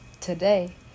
today